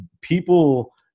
people